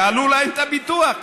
יעלו להם את הביטוח.